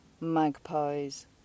magpies